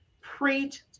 Preach